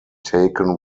taken